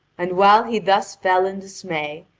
and while he thus fell in dismay,